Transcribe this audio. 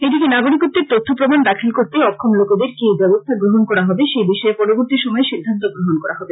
এদিকে নাগরীকত্বের তথ্য প্রমান দাখিল করতে অক্ষম লোকেদের কী ব্যবস্থা গ্রহন করা হবে সেবিষয়ে পরবর্তি সময়ে সিদ্ধান্ত গ্রহন করা হবে